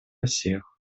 всех